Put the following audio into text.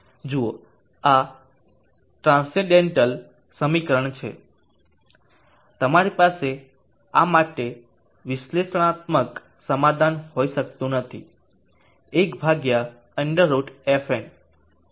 જુઓ આ ટ્રાંસેંડેન્ટલ સમીકરણ છે તમારી પાસે આ માટે વિશ્લેષણાત્મક સમાધાન હોઈ શકતું નથી